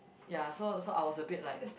ya so so I was a bit like